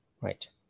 right